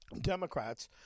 Democrats